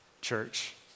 church